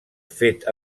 fet